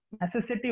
necessity